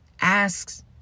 asks